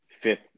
fifth